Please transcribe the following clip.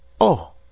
Oh